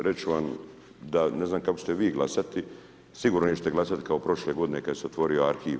Reći ću vam da ne znam kako ćete vi glasati, sigurno nećete glasati kao prošle godine kada se otvorio arhiv.